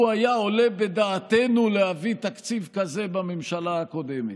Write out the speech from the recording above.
לו היה עולה בדעתנו להביא תקציב כזה בממשלה הקודמת.